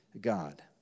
God